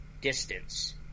distance